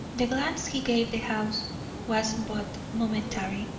the glance he gave the house was but momentary,